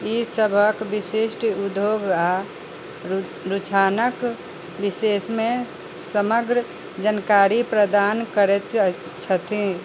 ईसभक विशिष्ट उद्योग आ रु रुझानक विशेषमे समग्र जानकारी प्रदान करैत अ छथि